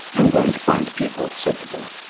am going to find people, said the boy.